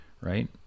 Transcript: right